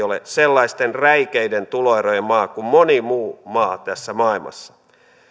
ole sellaisten räikeiden tuloerojen maa kuin moni muu maa tässä maailmassa